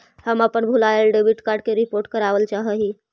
हम अपन भूलायल डेबिट कार्ड के रिपोर्ट करावल चाह ही